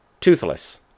Toothless